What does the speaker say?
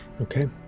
Okay